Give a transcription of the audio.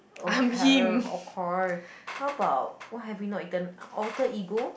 okay okay how about what have we not eaten Alter Ego